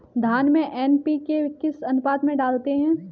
धान में एन.पी.के किस अनुपात में डालते हैं?